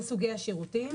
זה סוגי השירותים.